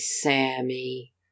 Sammy